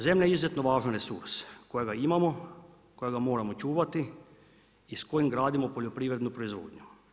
Zemlja je izuzetno važan resurs kojega imamo, kojega moramo čuvati i s kojim gradimo poljoprivrednu proizvodnju.